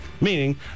Meaning